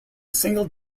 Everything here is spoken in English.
single